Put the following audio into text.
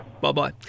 Bye-bye